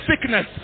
sickness